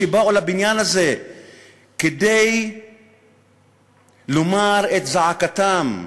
שבאו לבניין הזה כדי לומר את זעקתם,